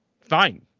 fine